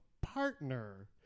partner